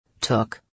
Took